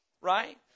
right